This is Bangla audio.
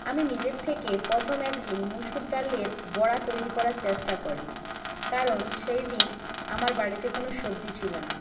আমি নিজের থেকে প্রথম একদিন মুসুর ডালের বড়া তৈরি করার চেষ্টা করলাম কারণ সেই দিন আমার বাড়িতে কোনো সবজি ছিল না